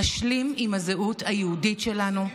נשלים עם הזהות היהודית שלנו.